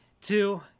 Two